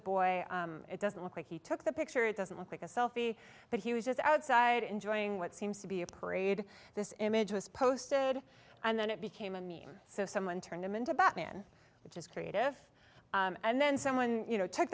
boy it doesn't look like he took the picture it doesn't look like a selfie but he was just outside enjoying what seems to be a parade this image was posted and then it became a mean so someone turned him into batman which is creative and then someone you know took